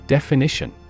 Definition